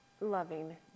loving